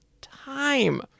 time